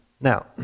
Now